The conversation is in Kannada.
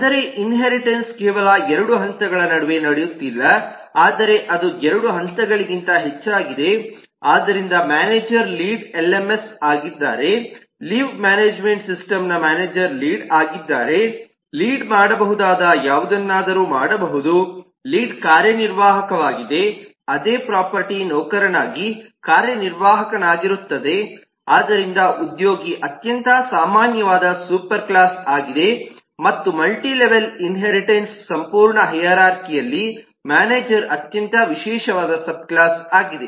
ಅಂದರೆ ಇನ್ಹೇರಿಟನ್ಸ್ ಕೇವಲ 2 ಹಂತಗಳ ನಡುವೆ ನಡೆಯುತ್ತಿಲ್ಲ ಆದರೆ ಅದು 2 ಹಂತಗಳಿಗಿಂತ ಹೆಚ್ಚಾಗಿದೆ ಆದ್ದರಿಂದ ಮ್ಯಾನೇಜರ್ ಲೀಡ್ ಎಲ್ಎಂಎಸ್ ಆಗಿದ್ದಾರೆ ಲೀವ್ ಮ್ಯಾನೇಜ್ಮೆಂಟ್ ಸಿಸ್ಟಮ್ನ ಮ್ಯಾನೇಜರ್ ಲೀಡ್ ಆಗಿದ್ದಾರೆ ಲೀಡ್ ಮಾಡಬಹುದಾದ ಯಾವುದನ್ನಾದರೂ ಮಾಡಬಹುದು ಲೀಡ್ ಕಾರ್ಯನಿರ್ವಾಹಕವಾಗಿದೆ ಅದೇ ಪ್ರೊಫರ್ಟಿ ನೌಕರನಾಗಿ ಕಾರ್ಯನಿರ್ವಾಹಕನಾಗಿರುತ್ತದೆ ಆದ್ದರಿಂದ ಉದ್ಯೋಗಿ ಅತ್ಯಂತ ಸಾಮಾನ್ಯವಾದ ಸೂಪರ್ ಕ್ಲಾಸ್ ಆಗಿದೆ ಮತ್ತು ಮಲ್ಟಿಲೆವೆಲ್ ಇನ್ಹೇರಿಟನ್ಸ್ನ ಸಂಪೂರ್ಣ ಹೈರಾರ್ಖಿಅಲ್ಲಿ ಮ್ಯಾನೇಜರ್ ಅತ್ಯಂತ ವಿಶೇಷವಾದ ಸಬ್ ಕ್ಲಾಸ್ಆಗಿದೆ